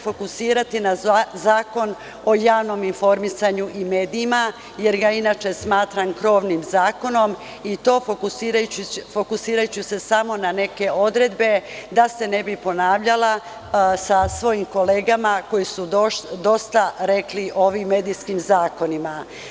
Fokusiraću se na Zakon o javnom informisanju i medijima, jer ga inače smatram krovnim zakonom, i to samo na neke odredbe, da se ne bi ponavljala sa svojim kolegama koji su dosta rekli o ovim medijskim zakonima.